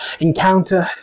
Encounter